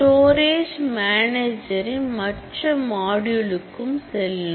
ஸ்டோரேஜ்யின் மற்ற மாடுயூல் செல்லும்